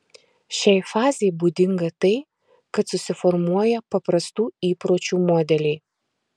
šiai fazei būdinga tai kad susiformuoja paprastų įpročių modeliai